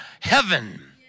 heaven